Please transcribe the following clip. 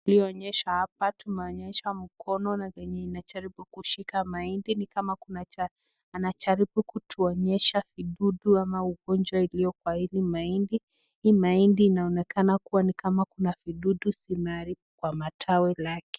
yuonesha hapa tunaonyesha mkono navenye inajaribu kushika mahindi nikama anajaribu kutonyesha vidudu ama ugonjwa iliyo kwa hii mahindi, hii maindi inaonekana kuwa kuna vidudu zinaharibu kwa matawi lake.